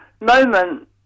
moment